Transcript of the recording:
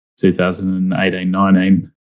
2018-19